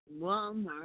Walmart